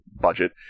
budget